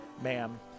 ma'am